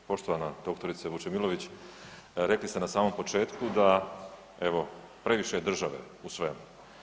Poštovana doktorice Vučemilović, rekli ste na samom početku da evo previše je države u svemu.